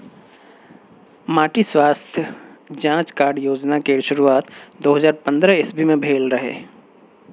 माटि स्वास्थ्य जाँच कार्ड योजना केर शुरुआत दु हजार पंद्रह इस्बी मे भेल रहय